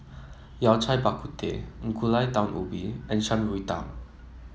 Yao Cai Bak Kut Teh Gulai Daun Ubi and Shan Rui Tang